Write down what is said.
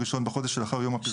ה-1 בחודש שלאחר יום הפרסום.